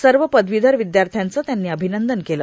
सर्व पदवीधर विद्यार्थ्यांचे त्यांनी अभिनंदन केलं